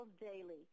daily